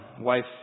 wife